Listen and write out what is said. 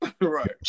Right